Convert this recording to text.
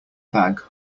bag